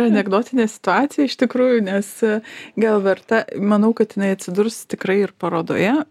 anekdotinė situacija iš tikrųjų nes gal verta manau kad jinai atsidurs tikrai ir parodoje